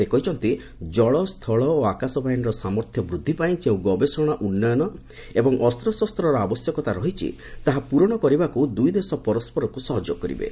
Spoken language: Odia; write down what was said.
ସେ କହିଛନ୍ତି ଜଳ ସ୍ଥଳ ଓ ଆକାଶ ବାହିନୀର ସାମର୍ଥ୍ୟ ବୃଦ୍ଧି ପାଇଁ ଯେଉଁ ଗବେଷଣା ଉନ୍ନୟନ ଏବଂ ଅସ୍ତ୍ରଶସ୍ତ୍ରର ଆବଶ୍ୟକତା ରହିଛି ତାହା ପୂରଣ କରିବାକୁ ଦୁଇଦେଶ ପରସ୍କରକୁ ସହଯୋଗ କରିବେ